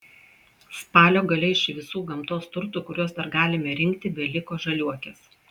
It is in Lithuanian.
spalio gale iš visų gamtos turtų kuriuos dar galime rinkti beliko žaliuokės